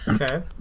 Okay